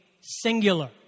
singular